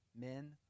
Men